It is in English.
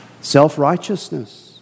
Self-righteousness